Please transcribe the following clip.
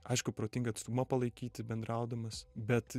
aišku protingą atstumą palaikyti bendraudamas bet